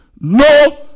no